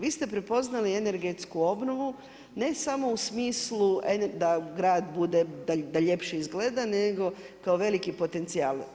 Vi ste prepoznali energtsku obnovu ne samo u smislu da grad ljepše izgleda nego kao veliki potencijal.